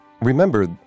Remember